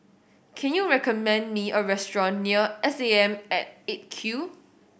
can you recommend me a restaurant near S A M at Eight Q